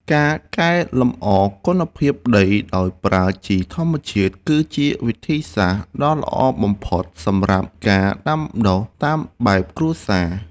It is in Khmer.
ការកែលម្អគុណភាពដីដោយប្រើជីធម្មជាតិគឺជាវិធីសាស្ត្រដ៏ល្អបំផុតសម្រាប់ការដាំដុះតាមបែបគ្រួសារ។